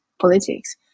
politics